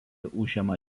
užima